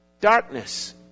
Darkness